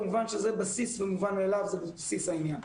כמובן שזה בסיס ומובן מאליו, זה בסיס העניין.